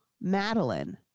Madeline